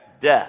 death